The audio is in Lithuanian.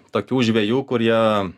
tokių žvejų kurie